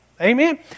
Amen